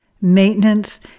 maintenance